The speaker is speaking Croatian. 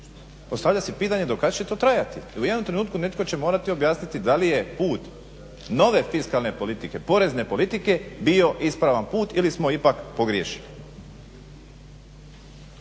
postavlja se pitanje do kad će to trajati? U jednom trenutku netko će morati objasniti da li je put nove fiskalne politike porezne politike bio ispravan put ili smo ipak pogriješili.